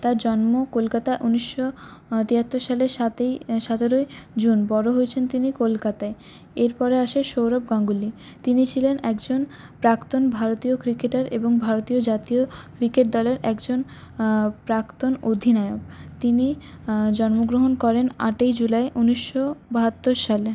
তাঁর জন্ম কলকাতা উনিশশো তিয়াত্তর সালে সাতই সতেরোই জুন বড় হয়েছেন তিনি কলকাতায় এরপরে আসে সৌরভ গাঙ্গুলি তিনি ছিলেন একজন প্রাক্তন ভারতীয় ক্রিকেটার এবং ভারতীয় জাতীয় ক্রিকেট দলের একজন প্রাক্তন অধিনায়ক তিনি জন্মগ্রহণ করেন আটই জুলাই উনিশশো বাহাত্তর সালে